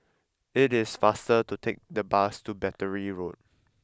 it is faster to take the bus to Battery Road